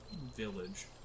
village